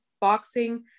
boxing